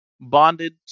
bonded